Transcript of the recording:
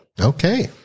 Okay